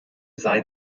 sei